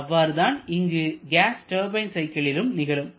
அவ்வாறு தான் இங்கு கேஸ் டர்பைன் சைக்கிளிலும் நிகழும்